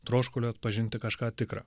troškulio atpažinti kažką tikrą